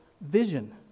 vision